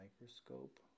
microscope